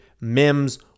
Mims